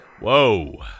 Whoa